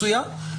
מצוין.